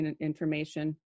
information